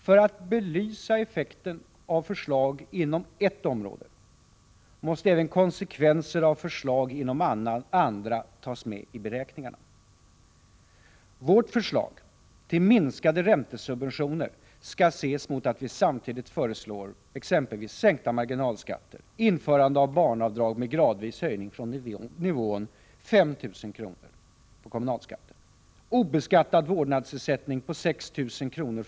För att belysa effekten av förslag inom ett område måste även konsekvenser av förslag inom andra tas med i beräkningarna. Vårt förslag till minskade räntesubventioner skall ses mot att vi samtidigt föreslår exempelvis sänkta marginalskatter, införande av barnavdrag med gradvis höjning från nivån 5 000 kr., på kommunalskatten, obeskattad vårdnadsersättning på 6 000 kr.